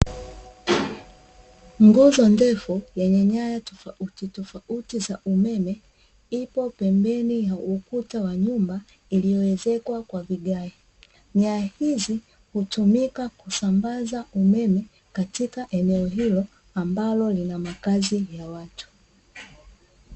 Nguzo ndefu yenye nyaya tofautitofauti za umeme ipo pembeni ya ukuta wa nyumba iliyoezekwa kwa vigae. Nyaya hizi hutumika kusambaza umeme katika eneo hilo ambalo lina makazi ya watu.